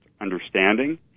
understanding